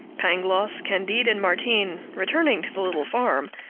pangloss, candide, and martin, returning to the little farm,